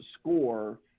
score